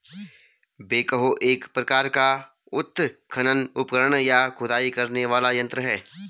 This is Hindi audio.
बेकहो एक प्रकार का उत्खनन उपकरण, या खुदाई करने वाला यंत्र है